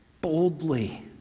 boldly